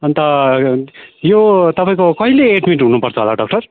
अन्त यो तपाईँको कहिले एडमिट हुनुपर्छ होला डाक्टर